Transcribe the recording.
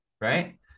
right